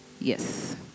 Yes